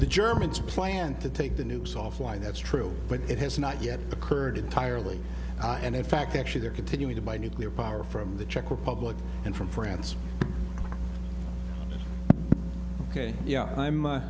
the germans planned to take the nukes offline that's true but it has not yet occurred entirely and in fact actually they're continuing to buy nuclear power from the czech republic and from france ok yeah i'm